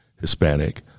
Hispanic